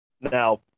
Now